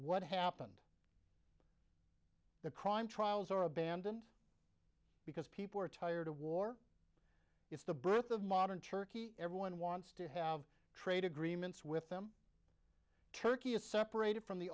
what happened the crime trials are abandoned because people are tired of war it's the birth of modern turkey everyone wants to have trade agreements with them turkey is separated from the